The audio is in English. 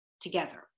together